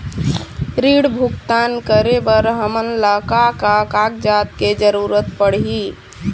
ऋण भुगतान करे बर हमन ला का का कागजात के जरूरत पड़ही?